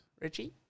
Richie